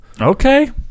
okay